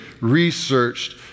researched